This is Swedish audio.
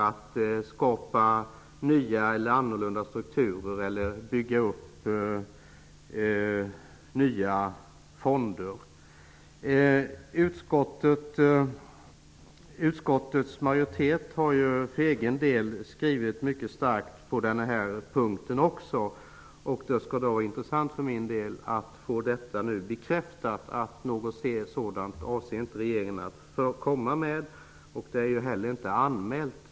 Det kan möjligen vice ordförande bekräfta senare i samband med sitt inlägg. Utskottets majoritet har för egen del en mycket stark skrivning på denna punkt. Det skulle, för min del, vara intressant att få bekräftat att regeringen inte avser att komma med sådana förslag.